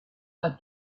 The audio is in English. but